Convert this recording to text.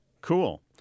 Cool